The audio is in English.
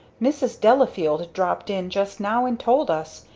mrs. delafield dropped in just now and told us.